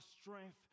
strength